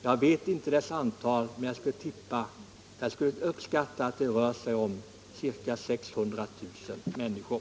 Jag vet inte exakt deras antal men skulle uppskatta att det rör sig om ca 600 000 människor.